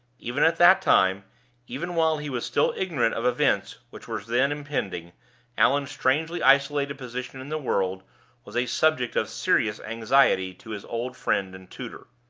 even at that time even while he was still ignorant of events which were then impending allan's strangely isolated position in the world was a subject of serious anxiety to his old friend and tutor.